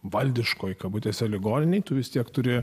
valdiškoje kabutėse ligoninėje tu vis tiek turi